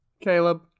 Caleb